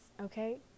okay